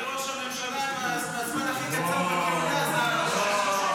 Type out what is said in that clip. מי ראש הממשלה עם הזמן הכי קצר בכהונה --- זה גם שיא גינס.